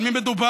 על מי מדובר?